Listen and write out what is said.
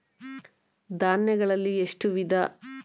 ಧಾನ್ಯಗಳಲ್ಲಿ ಎಷ್ಟು ವಿಧ?